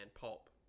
pulp